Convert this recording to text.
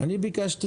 אני ביקשתי